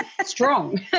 strong